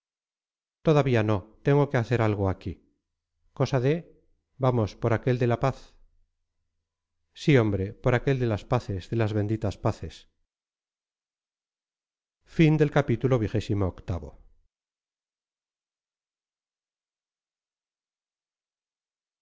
todavía no tengo que hacer algo aquí cosa de vamos por el aquel de la paz sí hombre por el aquel de las paces de las benditas paces